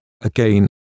Again